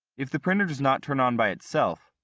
if the printer does not turn on by itself,